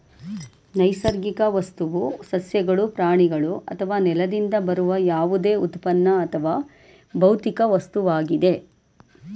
ನೈಸರ್ಗಿಕ ವಸ್ತುವು ಸಸ್ಯಗಳು ಪ್ರಾಣಿಗಳು ಅಥವಾ ನೆಲದಿಂದ ಬರುವ ಯಾವುದೇ ಉತ್ಪನ್ನ ಅಥವಾ ಭೌತಿಕ ವಸ್ತುವಾಗಿದೆ